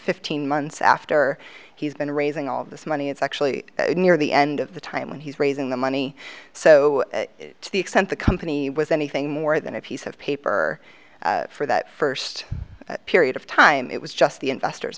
fifteen months after he's been raising all this money it's actually near the end of the time when he's raising the money so to the extent the company was anything more than a piece of paper for that first period of time it was just the investors